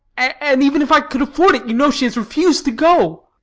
and even if i could afford it, you know she has refused to go.